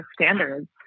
standards